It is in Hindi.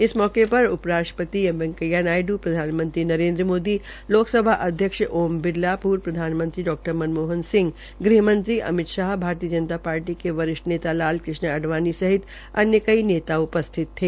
इस अवसर उपराष्ट्रपति एम वैकेंया नायडू प्रधानमंत्री नरेन्द्र मोदी लोकसभा अध्यक्ष ओम बिरला पूर्व प्रधानमंत्री डॉ मनमोहन सिंह गृहमंत्री अमित शाह भारतीय जनता पार्टी के वरिष्ठ नेता लाल कृष्ण अडवाणी सहित अन्य कई नेता उपस्थित थे